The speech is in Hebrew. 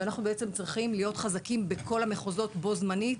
אנחנו צריכים להיות חזקים בכל המחוזות בו זמנית,